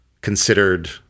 considered